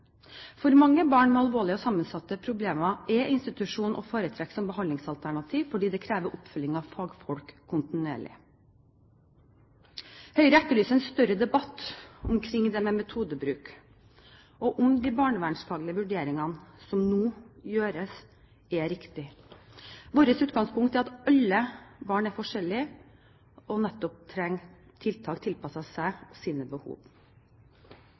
For mange barn med alvorlige og sammensatte problemer er institusjon å foretrekke som behandlingsalternativ, fordi de krever oppfølging av fagfolk kontinuerlig. Høyre etterlyser en større debatt omkring metodebruk og om de barnevernsfaglige vurderingene som nå gjøres, er riktige. Vårt utgangspunkt er at alle barn er forskjellige og nettopp trenger tiltak tilpasset seg og sine behov.